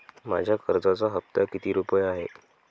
माझ्या कर्जाचा हफ्ता किती रुपये आहे?